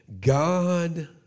God